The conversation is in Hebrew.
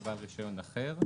לבעל רישיון אחר,